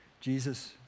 Jesus